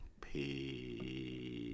peace